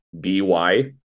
B-Y